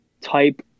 type